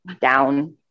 down